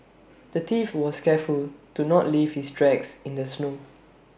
the thief was careful to not leave his tracks in the snow